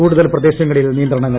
കൂടുതൽ പ്രദേശങ്ങളിൽ നിയന്ത്രണങ്ങൾ